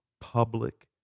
public